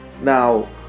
Now